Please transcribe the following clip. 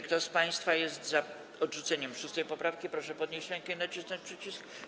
Kto z państwa jest za odrzuceniem 6. poprawki, proszę podnieść rękę i nacisnąć przycisk.